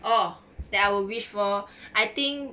oh that I would wish for I think